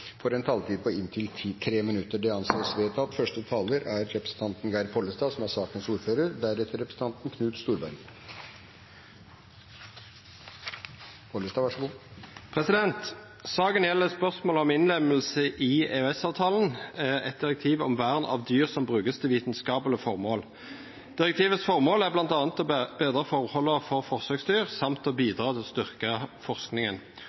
får en taletid på inntil 3 minutter. – Det anses vedtatt. Saken gjelder spørsmålet om innlemmelse i EØS-avtalen av direktiv om vern av dyr som brukes til vitenskapelige formål. Direktivets formål er bl.a. å bedre forholdene for forsøksdyr samt å bidra til å styrke forskningen.